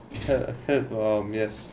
can um yes